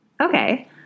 Okay